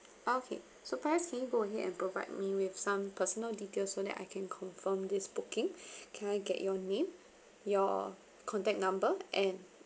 okay so perhaps can you go ahead and provide me with some personal details so that I can confirm this booking can I get your name your contact number and